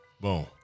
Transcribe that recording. Boom